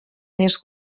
lleis